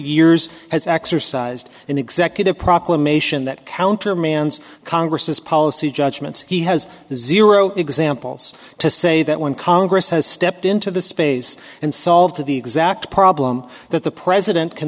years has exercised an executive proclamation that countermands congress's policy judgments he has zero examples to say that when congress has stepped into the space and solved to the exact problem that the president can